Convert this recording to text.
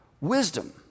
wisdom